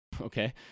Okay